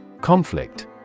Conflict